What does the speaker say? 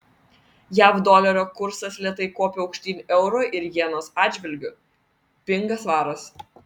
jav dolerio kursas lėtai kopia aukštyn euro ir jenos atžvilgiu pinga svaras